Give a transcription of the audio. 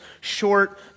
short